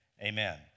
amen